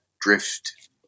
Drift